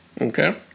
Okay